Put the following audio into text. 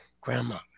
Grandma